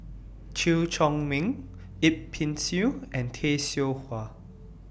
Chew Chor Meng Yip Pin Xiu and Tay Seow Huah